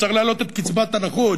שצריך להעלות את קצבת הנכות?